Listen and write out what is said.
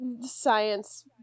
science